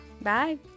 bye